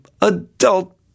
adult